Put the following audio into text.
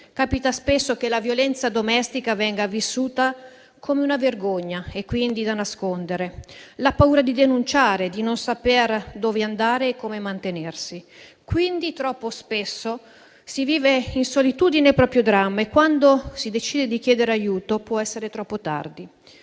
Capita spesso che la violenza domestica venga vissuta come una vergogna e quindi da nascondere; la paura di denunciare di non sapere dove andare e come mantenersi. Quindi, troppo spesso, si vive in solitudine il proprio dramma e, quando si decide di chiedere aiuto, può essere troppo tardi.